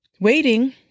Waiting